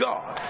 God